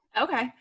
Okay